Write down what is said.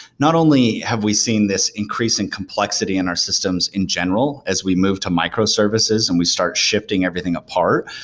not only have we seen this increasing complexity in our systems in general as we move to micro-services and we start shifting everything apart,